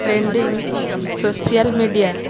trending social media